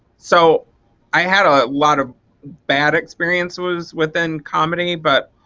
so i had a lot of bad experiences within comedy but